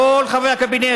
כל חברי הקבינט,